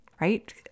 right